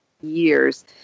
years